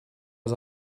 was